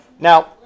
Now